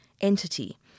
entity